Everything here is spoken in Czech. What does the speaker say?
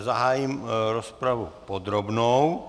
Zahájím rozpravu podrobnou.